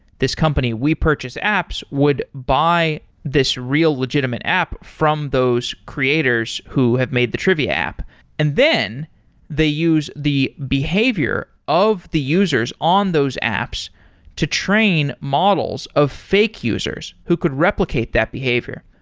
this company, we purchase apps, would buy this real legitimate app from those creators who have made the trivia app and then they use the behavior of the users on those apps to train models of fake users who could replicate that behavior.